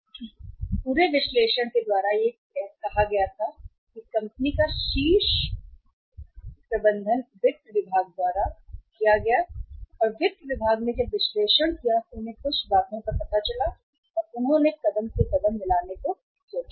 ताकि पूरे विश्लेषण के द्वारा करने के लिए कहा गया था कंपनी का शीर्ष प्रबंधन वित्त विभाग द्वारा और जब वित्त विभाग ने किया विश्लेषण से उन्हें कुछ बातों का पता चला कि हाँ वे चलते हैं उन्होंने कदम से कदम मिलाकर सोचा